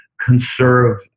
conserve